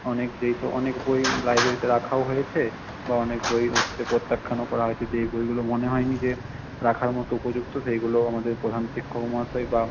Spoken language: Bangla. অনেক যেই সব অনেক বই লাইব্রেরিতে রাখাও হয়েছে বা অনেক বই হচ্ছে প্রত্যাখ্যানও করা হয়েছে যেই বইগুলো মনে হয়নি যে রাখার মতো উপযুক্ত সেইগুলো আমাদের প্রধান শিক্ষক মহাশয় বা